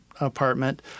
apartment